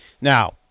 Now